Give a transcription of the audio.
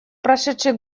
прошедший